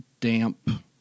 damp